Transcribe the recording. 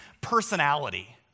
personality